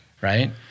right